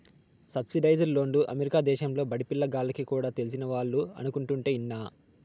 subsidised లోన్లు America దేశంలో బడిపిల్ల గాల్లకి కూడా తెలిసినవాళ్లు అనుకుంటుంటే ఇన్నా